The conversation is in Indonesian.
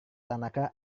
tanaka